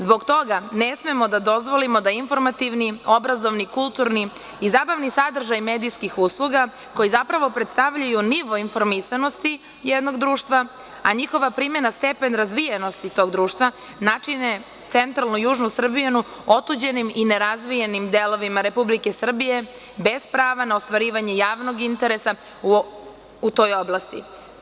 Zbog toga ne smemo da dozvolimo da informativni, obrazovni, kulturni i zabavni sadržaj medijskih usluga, koji zapravo predstavljaju nivo informisanosti jednog društva, a njihova primena stepen razvijenosti tog društva, načine centralnu i južnu Srbiju, otuđenim i nerazvijenim delovima Republike Srbije bez prava na ostvarivanje javnog interesa u toj oblasti.